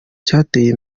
cyateye